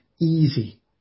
easy